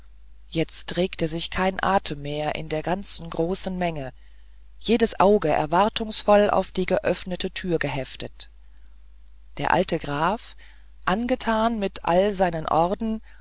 herab jetzt regt sich kein atem mehr in der ganzen großen menge jedes auge erwartungsvoll auf die geöffnete türe geheftet der alte graf angetan mit all seinen orden